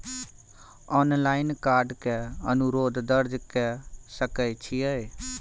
Online card के अनुरोध दर्ज के सकै छियै?